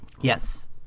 Yes